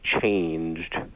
changed